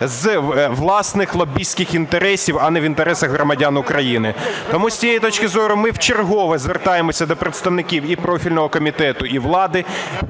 з власних лобістських інтересів, а не в інтересах громадян України. Тому з цієї точки зору ми вчергове звертаємося до представників і профільного комітету і влади: